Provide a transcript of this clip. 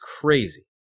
crazy